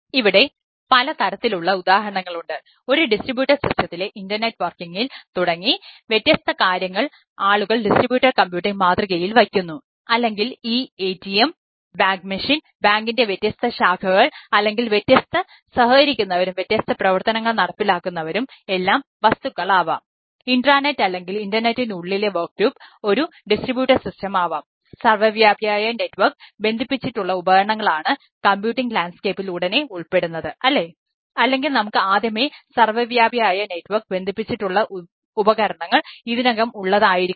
ഇവിടെ പലതരത്തിലുള്ള ഉദാഹരണങ്ങളുണ്ട് ഒരു ഡിസ്ട്രിബ്യൂട്ടഡ് സിസ്റ്റത്തിലെ ബന്ധിപ്പിച്ചിട്ടുള്ള ഉപകരണങ്ങൾ ഇതിനകം ഉള്ളത് ആയിരിക്കില്ല